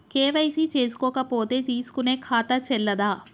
KYC చేసుకోకపోతే తీసుకునే ఖాతా చెల్లదా?